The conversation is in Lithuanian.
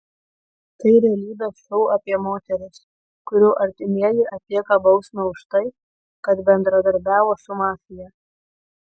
tai realybės šou apie moteris kurių artimieji atlieka bausmę už tai kad bendradarbiavo su mafija